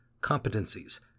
competencies